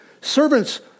Servants